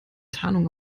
tarnung